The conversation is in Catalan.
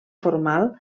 formal